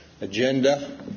agenda